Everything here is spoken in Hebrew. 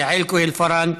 יעל כהן-פארן,